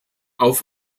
auf